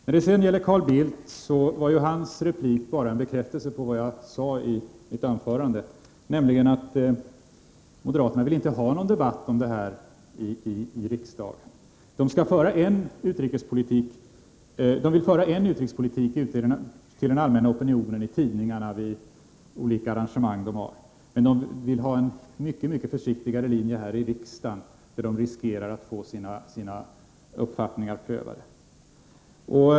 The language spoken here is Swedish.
När det sedan gäller Carl Bildt anser jag att hans replik bara var en bekräftelse på det jag sade i mitt anförande, nämligen att moderaterna inte vill ha någon debatt i riksdagen om detta. De vill föra en utrikespolitik ute i massmedia och vid olika arrangemang, men de vill ha en mycket försiktigare linje här i riksdagen, där de riskerar att få sina uppfattningar prövade.